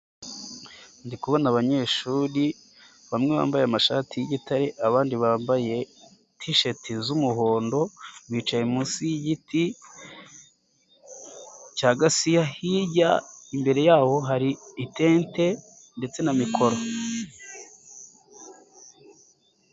Ndi kubona abanyeshuri bamwe bambaye amashati y'igitare abandi bambaye tisheti z'umuhondo, bicaye munsi y'igiti cya gasiya, hirya imbere yabo hari itente ndetse na mikoro.